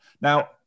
Now